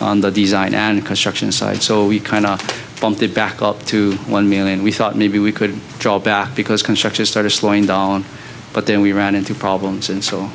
on the design and construction side so we kind of bump it back up to one million we thought maybe we could drop back because construction started slowing down but then we ran into problems and so